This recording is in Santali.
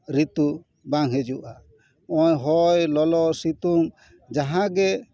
ᱨᱤᱛᱩ ᱵᱟᱝ ᱦᱤᱡᱩᱜᱼᱟ ᱦᱚᱸᱜᱼᱚᱭ ᱦᱚᱭ ᱞᱚᱞᱚ ᱥᱤᱛᱩᱝ ᱡᱟᱦᱟᱸ ᱜᱮ